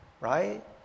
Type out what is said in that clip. right